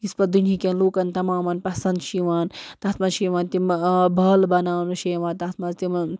یُس پَتہٕ دُنہیٖکٮ۪ن لوٗکَن تمامَن پسنٛد چھِ یِوان تَتھ منٛز چھِ یِوان تِمہٕ بالہٕ بناونہٕ چھِ یِوان تَتھ منٛز تِمَن